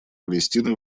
палестины